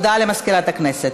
בעד, 61 חברי כנסת,